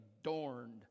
adorned